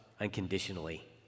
unconditionally